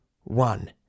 one